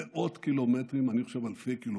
מאות קילומטרים, אני חושב אלפי קילומטרים,